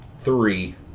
three